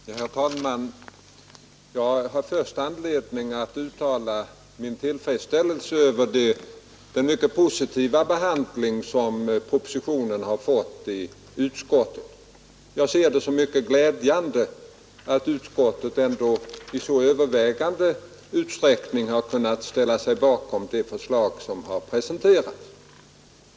Herr talman! Jag har först anledning att uttala min tillfredsställelse över den mycket positiva behandling som propositionen har fått i utskottet. Jag ser det som mycket glädjande att utskottet i så stor utsträckning har kunnat ställa sig bakom det förslag som har presenterats.